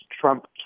Trump